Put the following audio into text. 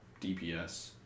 DPS